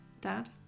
dad